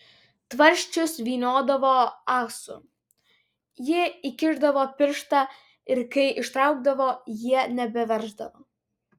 tvarsčius vyniodavo ahsu ji įkišdavo pirštą ir kai ištraukdavo jie nebeverždavo